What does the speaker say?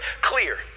clear